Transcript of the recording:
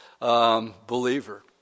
believer